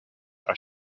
our